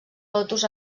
lotus